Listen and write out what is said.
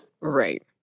Right